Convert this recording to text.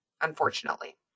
unfortunately